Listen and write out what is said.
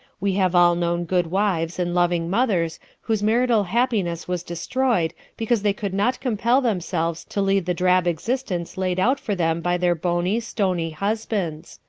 we have all known good wives and loving mothers whose marital happiness was destroyed because they could not compel themselves to lead the drab existence laid out for them by their bony, stony husbands.